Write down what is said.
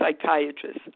psychiatrist